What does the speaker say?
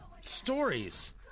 stories